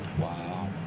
Wow